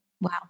Wow